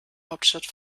hauptstadt